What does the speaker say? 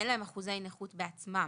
אין להם אחוזי נכות בעצמם,